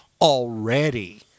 already